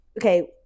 okay